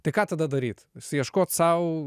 tai ką tada daryt suieškot sau